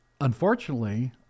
unfortunately